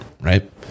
Right